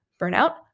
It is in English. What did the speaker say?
burnout